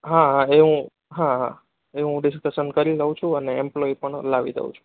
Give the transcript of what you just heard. હા એ હું હા એ હું ડિસ્કશન કરી લઉ છું અને એમ્પ્લોયી પણ લાવી દઉં છું